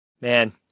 Man